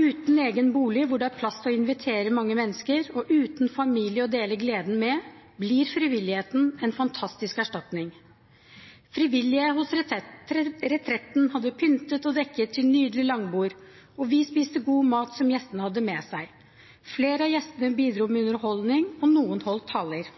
Uten egen bolig hvor det er plass til å invitere mange mennesker, og uten familie å dele gleden med blir frivilligheten en fantastisk erstatning. Frivillige hos Retretten hadde pyntet og dekket til nydelig langbord, og vi spiste god mat som gjestene hadde med seg. Flere av gjestene bidro med underholdning,